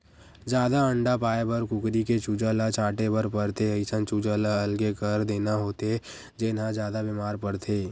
जादा अंडा पाए बर कुकरी के चूजा ल छांटे बर परथे, अइसन चूजा ल अलगे कर देना होथे जेन ह जादा बेमार परथे